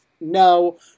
no